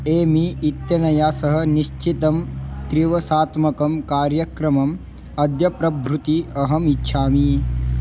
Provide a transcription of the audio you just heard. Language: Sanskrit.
एमी इत्यनया सह निश्चितं त्रिवसात्मकं कार्यक्रमम् अद्यप्रभृति अहम् इच्छामि